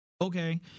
Okay